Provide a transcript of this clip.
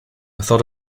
thought